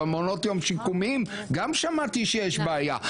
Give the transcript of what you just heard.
במעונות יום שיקומיים גם שמעתי שיש בעיה,